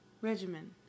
Regimen